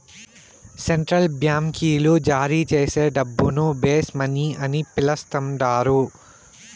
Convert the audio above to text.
central బాంకీలు జారీచేసే డబ్బును బేస్ మనీ అని పిలస్తండారు